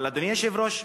אדוני היושב-ראש,